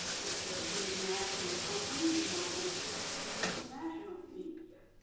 if you're a big national company, you might want to pitch to your national media.